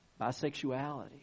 bisexuality